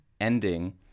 ending